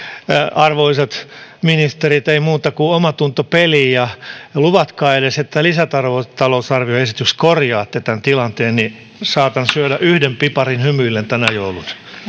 arvoisat ministerit ei muuta kuin omatunto peliin ja ja luvatkaa edes että lisätalousarvioesityksessä korjaatte tämän tilanteen niin saatan syödä yhden piparin hymyillen tänä jouluna